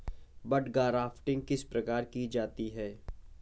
बड grafting किस प्रकार की जाती है?